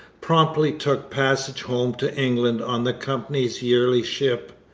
promptly took passage home to england on the company's yearly ship.